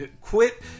quit